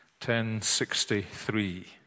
1063